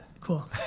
Cool